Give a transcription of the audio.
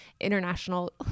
international